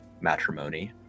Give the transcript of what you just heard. matrimony